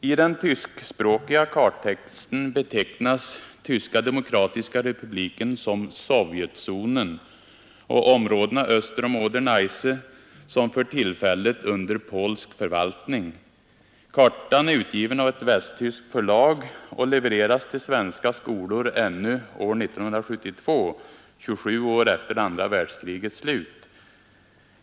I den tyskspråkiga karttexten betecknas Tyska demokratiska republiken som Sovjetzonen och områdena öster om Oder—Neisse som för tillfället under polsk förvaltning. Kartan är utgiven av ett västtyskt förlag och levereras till svenska skolor ännu år 1972 — 27 år efter det andra världskrigets slut.